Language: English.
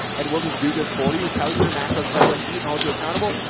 and we'll just do this for you, tell your macros, tell you what to eat and hold you accountable.